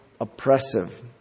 oppressive